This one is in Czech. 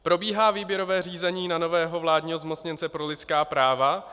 Probíhá výběrové řízení na nového vládního zmocněnce pro lidská práva.